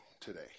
today